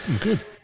Good